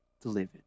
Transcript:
delivered